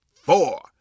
four